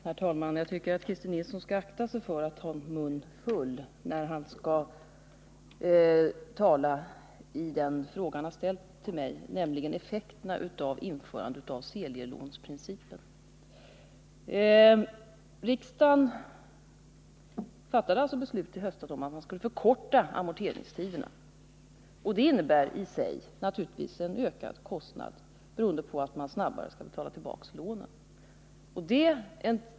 Herr talman! Jag tycker att Christer Nilsson skall akta sig för att ta munnen full när han talar om effekterna av införandet av serielåneprincipen. Riksdagen fattade beslut i höstas om att amorteringstiderna skulle förkortas. Det innebär naturligtvis i sig en ökad kostnad, beroende på att lånen skall betalas tillbaka snabbare.